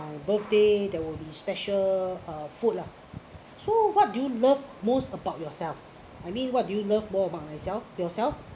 birthday there will be special uh food lah so what do you love most about yourself I mean what do you love more about myself yourself